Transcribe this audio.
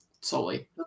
solely